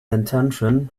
intention